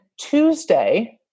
Tuesday